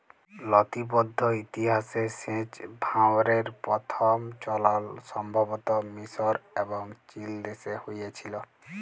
লতিবদ্ধ ইতিহাসে সেঁচ ভাঁয়রের পথম চলল সম্ভবত মিসর এবং চিলদেশে হঁয়েছিল